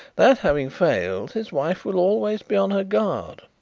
that having failed, his wife will always be on her guard.